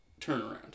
turnaround